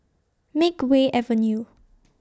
Makeway Avenue